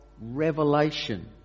Revelation